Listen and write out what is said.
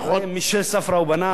"מישל ספרא ובניו",